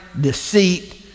deceit